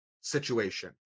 situation